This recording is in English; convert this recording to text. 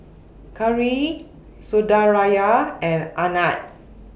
Gauri Sundaraiah and Anand